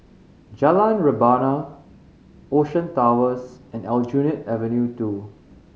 Jalan Rebana Ocean Towers and Aljunied Avenue Two